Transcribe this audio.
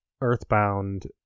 earthbound